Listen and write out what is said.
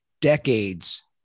decades